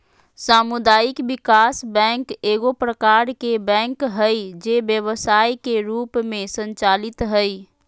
सामुदायिक विकास बैंक एगो प्रकार के बैंक हइ जे व्यवसाय के रूप में संचालित हइ